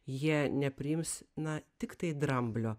jie nepriims na tiktai dramblio